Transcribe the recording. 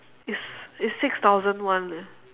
it's it's six thousand one eh